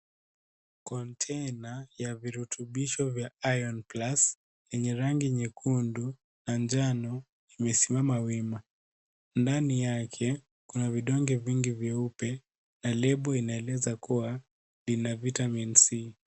Kontena ya virutubisho vya iron plus yenye rangi nyekundu na njano imesimama wima. Ndani yake kuna vidonge vingi vyeupe na lebo inaeleza kuwa lina vitamin c .